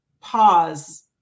pause